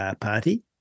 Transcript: party